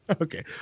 Okay